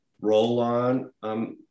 roll-on